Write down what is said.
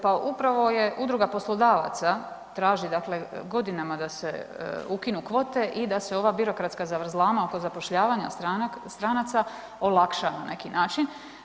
Pa upravo je udruga poslodavaca, traži dakle godinama da se ukinu kvote i da se ova birokratska zavrzlama oko zapošljavanja stranaca olakša na neki način.